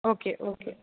okay okay